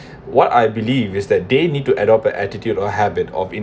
what I believe is that they need to adopt the attitude or habit of